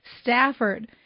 Stafford